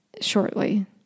shortly